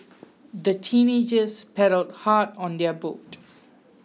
the teenagers paddled hard on their boat